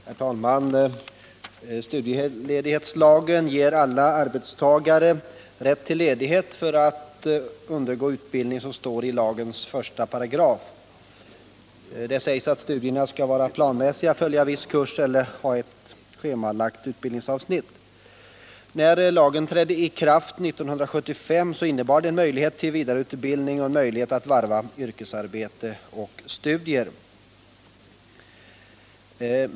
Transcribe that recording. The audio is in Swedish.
Herr talman! Studieledighetslagen ger alla arbetstagare rätt till ledighet för att undergå utbildning, som det står i lagens 1 §. Avsikten är att studierna skall vara planmässiga, följa en viss kurs eller ha ett schemalagt utbildningsavsnitt. När lagen trädde i kraft 1975 innebar den en möjlighet till vidareutbildning och en möjlighet att varva yrkesarbete och studier.